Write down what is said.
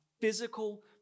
physical